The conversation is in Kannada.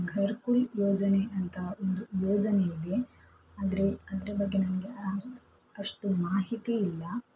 ಘರ್ಕುಲ್ ಯೋಜನೆ ಅಂತ ಒಂದು ಯೋಜನೆ ಇದೆ ಆದರೆ ಅದರ ಬಗ್ಗೆ ನನಗೆ ಅಷ್ಟು ಮಾಹಿತಿ ಇಲ್ಲ